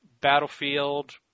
Battlefield